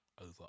over